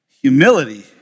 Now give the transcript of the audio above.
Humility